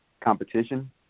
competition